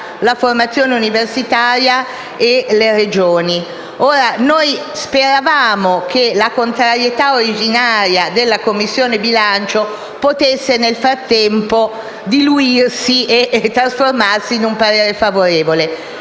la formazione universitaria e le Regioni. Speravamo che la contrarietà originaria della Commissione bilancio potesse nel frattempo attenuarsi e trasformarsi in un parere favorevole.